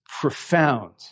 profound